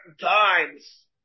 times